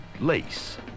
Lace